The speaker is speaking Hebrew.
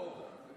זה